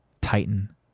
Titan